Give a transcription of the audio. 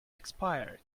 expired